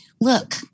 look